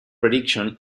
prediction